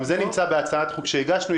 גם זה נמצא בהצעת חוק שהגשנו.